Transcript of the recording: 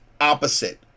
opposite